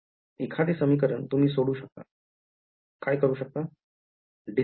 एखादे समीकरण तुम्ही सोडू शकता काय करू शकता